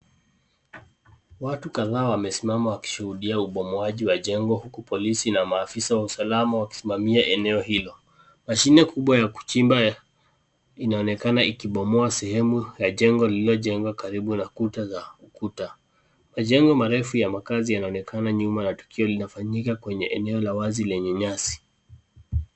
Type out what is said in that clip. Watu kadhaa wamesimama wakishuhudia ubomoaji wa jengo huko polisi na maafisa wa usalama wakisimamia eneo hilo. Mashine kubwa ya kuchimba inaonekana ikibomoa sehemu ya jengo lililojengwa karibu na kuta za ukuta. Majengo marefu ya makazi yanaonekana nyuma na tukio linafanyika kwenye eneo la wazi yenye nyasi.